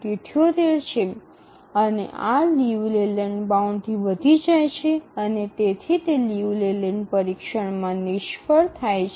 ૭૮ છે અને આ લિયુ લેલેન્ડ બાઉન્ડથી વધી જાય છે અને તેથી તે લિયુ લેલેન્ડ પરીક્ષણમાં નિષ્ફળ જાય છે